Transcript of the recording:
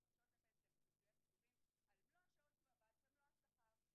הפרשות לפנסיה ופיצויי פיטורים על מלוא השעות שהוא עבד ומלוא השכר.